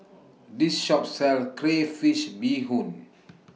This Shop sells Crayfish Beehoon